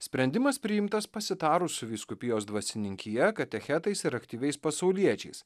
sprendimas priimtas pasitarus su vyskupijos dvasininkija katechetais ir aktyviais pasauliečiais